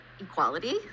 equality